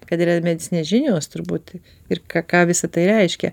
kad yra medicininės žinios turbūt ir ką ką visa tai reiškia